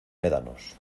médanos